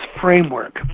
framework